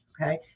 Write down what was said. Okay